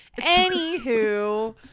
Anywho